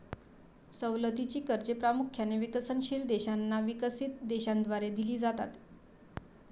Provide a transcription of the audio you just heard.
सवलतीची कर्जे प्रामुख्याने विकसनशील देशांना विकसित देशांद्वारे दिली जातात